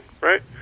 right